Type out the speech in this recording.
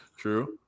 true